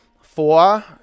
Four